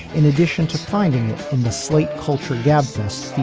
in addition to finding slate culture gabfest.